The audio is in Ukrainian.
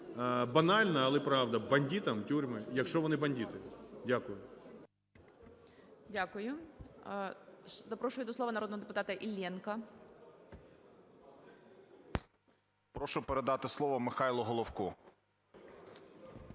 Банально, але правда: бандитам – тюрми. Якщо вони бандити. Дякую.